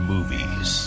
Movies